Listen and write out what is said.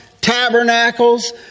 tabernacles